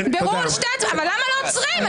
למה לא עוצרים?